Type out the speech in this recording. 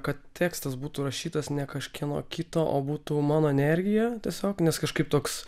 kad tekstas būtų rašytas ne kažkieno kito o būtų mano energija tiesiog nes kažkaip toks